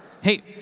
Hey